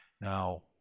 Now